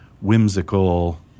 whimsical